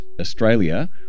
Australia